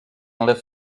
unless